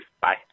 Bye